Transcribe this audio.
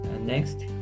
Next